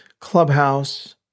Clubhouse